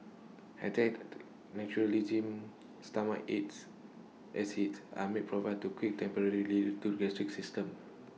antacid neutralism stomach acid as its and may provide to quick temporary relief to gastric symptoms